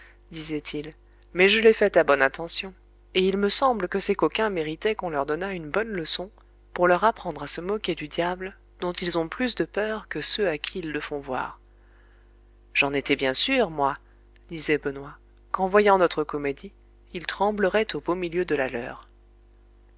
disait-il mais je l'ai faite à bonne intention et il me semble que ces coquins méritaient qu'on leur donnât une bonne leçon pour leur apprendre à se moquer du diable dont ils ont plus de peur que ceux à qui ils le font voir j'en étais bien sûr moi disait benoît qu'en voyant notre comédie ils trembleraient au beau milieu de la leur